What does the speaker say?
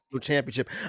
championship